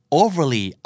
overly